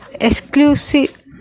exclusive